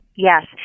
Yes